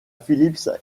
phillips